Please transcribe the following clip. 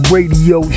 Radio